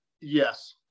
yes